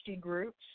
groups